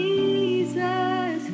Jesus